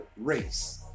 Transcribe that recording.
race